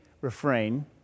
refrain